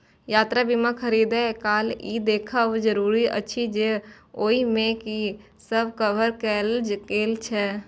यात्रा बीमा खरीदै काल ई देखब जरूरी अछि जे ओइ मे की सब कवर कैल गेल छै